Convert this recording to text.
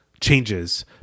changes